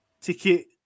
Ticket